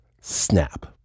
snap